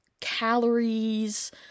calories